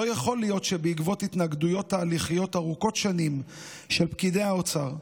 לא יכול להיות שבעקבות התנגדויות תהליכיות ארוכות שנים של פקידי האוצר,